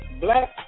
Black